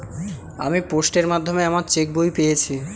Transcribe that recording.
আমি পোস্টের মাধ্যমে আমার চেক বই পেয়েছি